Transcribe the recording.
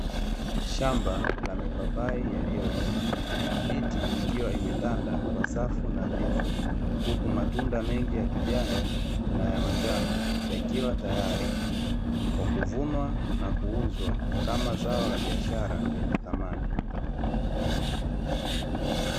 Shamba la mipapai yalioiva miti ikiwa imetanda kwa safu nadhifu huku matunda mengi ya kijani na ya manjano yakiwa tayari kwa kuvunwa na kuuzwa kama zao la biashara lenye thamani.